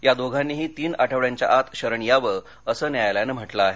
या दोघांनीही तीन आठवड्यांच्या आत शरण यावं असं न्यायालयानं म्हटलं आहे